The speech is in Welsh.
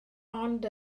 ond